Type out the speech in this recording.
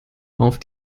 auf